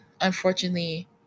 unfortunately